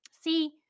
See